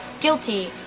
guilty